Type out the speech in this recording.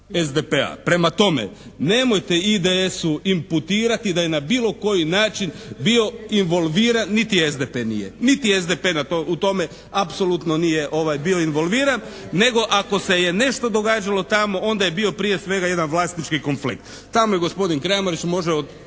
SDP-a. Prema tome, nemojte IDS-u imputirati da je na bilo koji način bio involviran. Niti je SDP nije, niti SDP u tome apsolutno nije bio involviran nego ako se je nešto događalo tamo onda je bio prije svega jedan vlasnički konflikt. Tamo je gospodin Kramarić može o